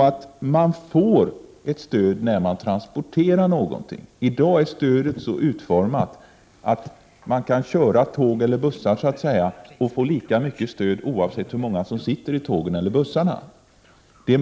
att man får ett stöd när man transporterar någonting. I dag är stödet utformat så att man får lika mycket bidrag oavsett hur många som åker med tågen eller bussarna.